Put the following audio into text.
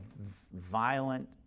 violent